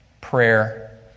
prayer